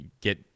get